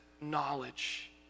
knowledge